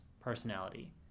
personality